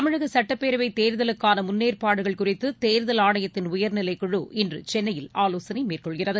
தமிழகசட்டப்பேரவைதேர்தலுக்கானமுன்னேற்பாடுகள் குறித்துதேர்தல் ஆணைத்தின் உயர்நிலைக்குழு இன்றுசென்னையில் ஆலோசனைமேற்கொள்கிறது